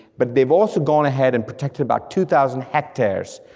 but they've also gone ahead and protected about two thousand hectares,